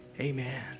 amen